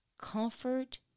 Comfort